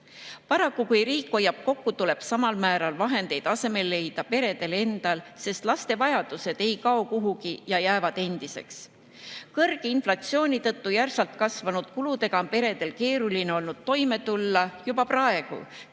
Paraku, kui riik hoiab kokku, tuleb samal määral vahendeid asemele leida peredel endal, sest laste vajadused ei kao kuhugi ja jäävad endiseks. Kõrge inflatsiooni tõttu järsult kasvanud kuludega on peredel keeruline olnud toime tulla juba praegu,